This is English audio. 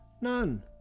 None